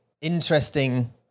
interesting